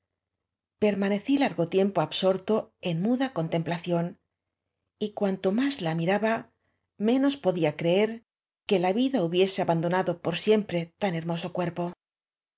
manecí largo tiempo absorto en muda contem placido y cuanto más la miraba menos podía creer qae la vida hubiese abandonado por siem pre tan hormoso cuerpo